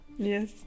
Yes